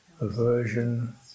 aversion